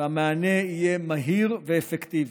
והמענה יהיה מהיר ואפקטיבי.